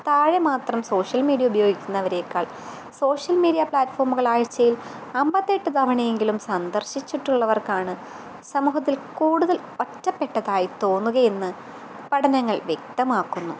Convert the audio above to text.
താഴെ മാത്രം social media ഉപയോഗിക്കുന്നവരേക്കാൾ സോഷ്യൽ മീഡ്യ പ്ലാറ്റ്ഫോമുകൾ ആഴ്ചയിൽ അമ്പത്തെട്ട് തവണയെങ്കിലും സന്ദർശിച്ചിട്ടുള്ളവർക്കാണ് സമൂഹത്തിൽ കൂടുതൽ ഒറ്റപ്പെട്ടതായി തോന്നുക എന്ന് പഠനങ്ങൾ വ്യക്തമാക്കുന്നു